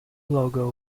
logo